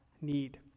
need